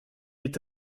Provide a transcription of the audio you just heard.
est